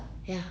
ya